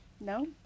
No